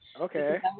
Okay